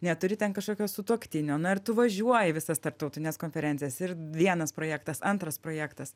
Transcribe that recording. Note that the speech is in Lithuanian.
neturi ten kažkokio sutuoktinio na ir tu važiuoji į visas tarptautines konferencijas ir vienas projektas antras projektas